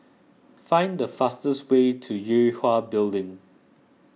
find the fastest way to Yue Hwa Building